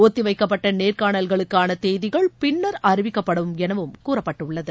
ஒத்திவைக்கப்பட்டநேர்காணல்களுக்கானதேதிகள் பின்னர் அறிவிக்கப்படும் எனகூறப்பட்டுள்ளது